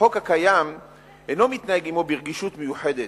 החוק הקיים אינו מתנהג ברגישות מיוחדת.